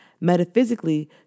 Metaphysically